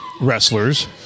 Wrestlers